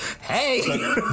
hey